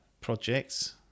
projects